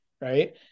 right